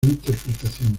interpretación